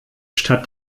statt